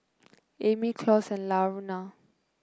Emmy Claus and Laverna